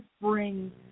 bring